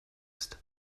ist